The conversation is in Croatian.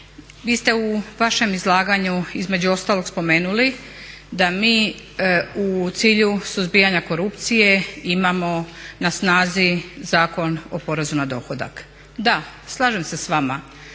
vi ste u vašem izlaganju između ostalog spomenuli da mi u cilju suzbijanja korupcije imamo na snazi Zakon o porezu na dohodak. Da, slažem se s vama